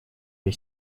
или